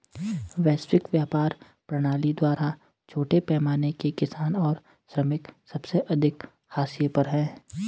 वैश्विक व्यापार प्रणाली द्वारा छोटे पैमाने के किसान और श्रमिक सबसे अधिक हाशिए पर हैं